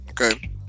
Okay